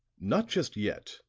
not just yet,